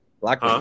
black